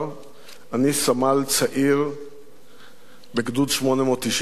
אני סמל צעיר בגדוד 890 של הצנחנים.